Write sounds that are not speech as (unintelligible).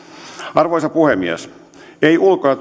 arvoisa puhemies ei ulko (unintelligible)